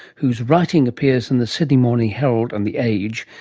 whose writing appears in the sydney morning herald and the age,